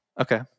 Okay